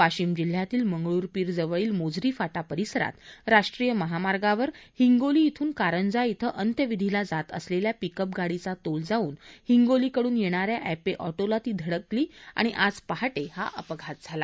वाशिम जिल्ह्यातील मंगरूळपीर जवळील मोझरी फाटा परिसरात राष्ट्रीय महामार्गावर हिंगोली श्रिन कारंजा श्रि अंत्यविधीला जात असलेल्या पिकप गाडीचा तोल जाऊन हिंगोली कड्न येणाऱ्या अँपे अँटोला ती धडक बसलीआणि आज पहाटे हा अपघात झाला